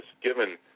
given